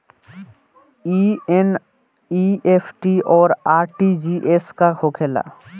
ई एन.ई.एफ.टी और आर.टी.जी.एस का होखे ला?